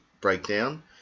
breakdown